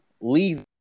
Leave